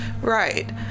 Right